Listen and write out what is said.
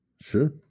Sure